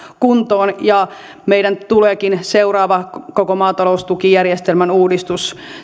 kuntoon meidän tuleekin seuraavassa koko maataloustukijärjestelmän uudistuksessa